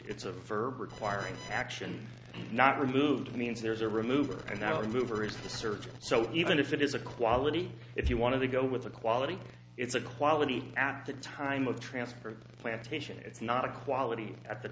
it's of for requiring action not removed means there is a removal and now remover is the search so even if it is a quality if you want to go with the quality it's a quality at the time of transfer plantation it's not a quality at the